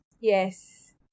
Yes